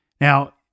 Now